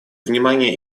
внимание